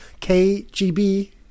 KGB